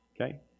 Okay